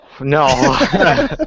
No